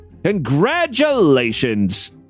congratulations